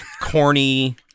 corny